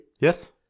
Yes